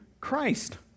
Christ